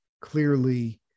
clearly